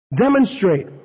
demonstrate